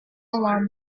along